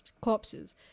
corpses